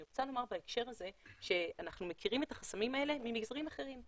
אני רוצה לומר בהקשר הזה שאנחנו מכירים את החסמים האלה ממגזרים אחרים.